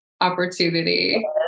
opportunity